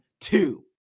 two